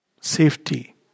safety